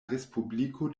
respubliko